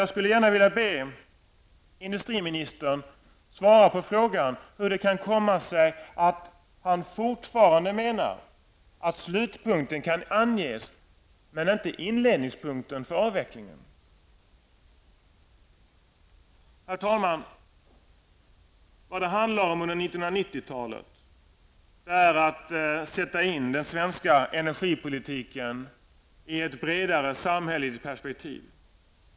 Jag skulle vilja be industriministern att svara på frågan hur det kan komma sig att han fortfarande menar att slutpunkten för avveckling kan anges men däremot inte inledningspunkten. Herr talman! Under 1990-talet gäller det att sätta in den svenska energipolitiken i ett bredare samhälleligt perspektiv.